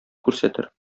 күрсәтер